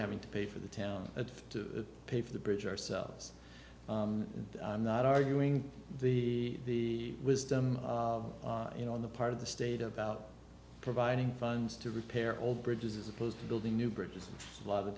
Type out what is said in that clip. having to pay for the town to pay for the bridge ourselves i'm not arguing the wisdom you know on the part of the state about providing funds to repair all bridges as opposed to building new bridges a lot of the